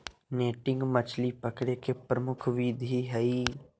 netting मछली पकडे के प्रमुख विधि हइ